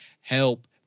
help